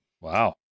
Wow